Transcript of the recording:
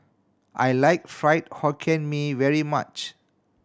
I like Fried Hokkien Mee very much